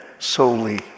solely